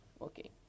okay